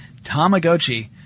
Tamagotchi